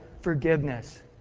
forgiveness